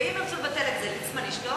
ואם צריך לבטל את זה, ליצמן ישתוק?